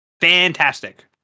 fantastic